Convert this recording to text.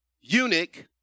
eunuch